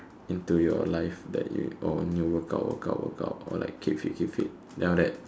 into your life that you oh need work out work out work out keep fit keep fit keep fit then after that